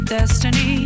Destiny